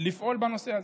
לפעול בנושא הזה.